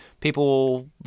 People